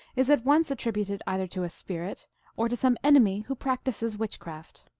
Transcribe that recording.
is at once attributed either to a spirit or to some enemy who practices witchcraft.